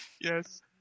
Yes